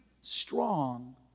strong